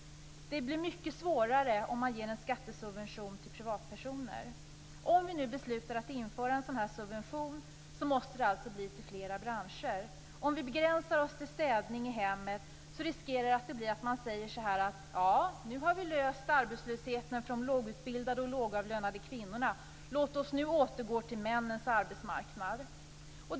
Det blir mycket svårare om man ger en skattesubvention till privatpersoner. Om vi nu beslutar att införa en sådan här subvention, måste denna alltså avse flera branscher. Om vi begränsar oss till städning i hemmet riskerar vi att man kommer att säga: Nu har vi löst arbetslöshetsproblemet för de lågutbildade och lågavlönade kvinnorna - låt oss nu återgå till männens arbetsmarknadsproblem.